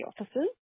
offices